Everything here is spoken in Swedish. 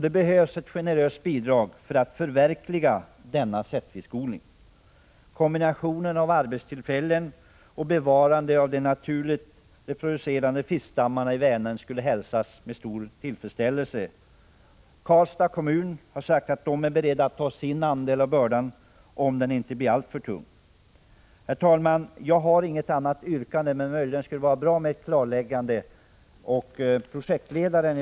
Det behövs ett generöst bidrag för att denna sättfiskodling skall kunna förverkligas. Kombinationen av att det skapas nya arbetstillfällen och att de naturligt reproducerande fiskstammarna i Vänern bevaras skulle hälsas med stor tillfredsställelse. Karlstads kommun har sagt sig vara beredd att ta sin andel av bördan om den inte blir alltför tung. Herr talman! Jag har inget annat yrkande än utskottets, men det skulle vara bra med ett klarläggande från utskottets sida när det gäller projektet Laxfonden.